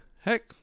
Heck